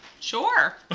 Sure